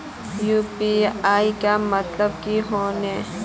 UPI के मतलब की होने?